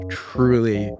truly